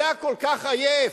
היה כל כך עייף,